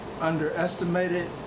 underestimated